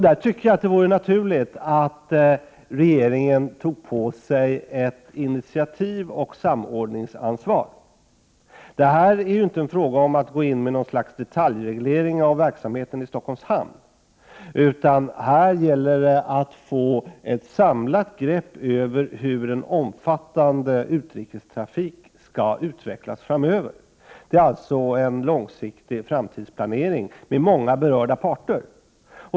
Där tycker jag det vore naturligt att regeringen tog på sig ett initiativoch samordningsansvar. Det är inte fråga om att här gå in med detaljreglering av verksamheten i Stockholms hamn, utan det gäller att få ett samlat grepp om hur en omfattande utrikestrafik skall utvecklas framöver. Det är alltså en långsiktig framtidsplanering med många berörda parter.